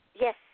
Yes